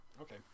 okay